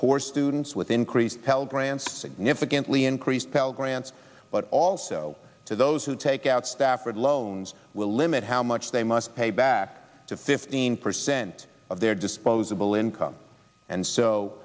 poor students with increased tell grants significantly increased pell grants but also to those who take out stafford loans will limit how much they must pay back to fifteen percent of their disposable income and so